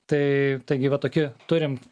tai taigi va tokie turim